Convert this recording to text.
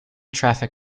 traffic